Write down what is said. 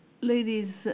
Ladies